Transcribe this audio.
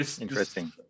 Interesting